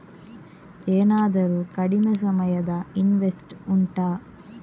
ಏನಾದರೂ ಕಡಿಮೆ ಸಮಯದ ಇನ್ವೆಸ್ಟ್ ಉಂಟಾ